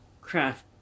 Craft